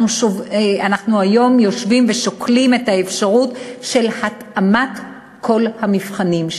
אנחנו היום יושבים ושוקלים את האפשרות של התאמת כל המבחנים,